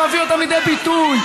להביא אותם לידי ביטוי,